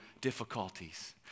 difficulties